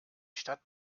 stadt